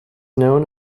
known